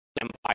empire